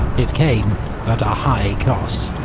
it came at a high cost.